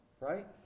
Right